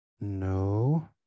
no